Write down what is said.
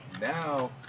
Now